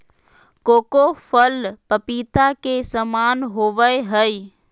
cocoa फल पपीता के समान होबय हइ